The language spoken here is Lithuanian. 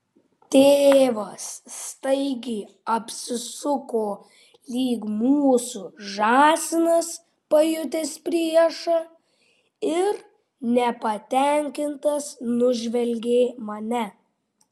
tėvas staigiai apsisuko lyg mūsų žąsinas pajutęs priešą ir nepatenkintas nužvelgė mane